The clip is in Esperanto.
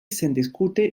sendiskute